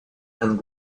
and